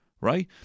right